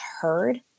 heard